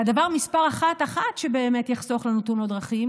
והדבר מס' אחת אחת שבאמת יחסוך לנו תאונות דרכים